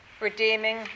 redeeming